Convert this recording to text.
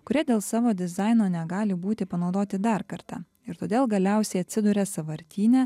kurie dėl savo dizaino negali būti panaudoti dar kartą ir todėl galiausiai atsiduria sąvartyne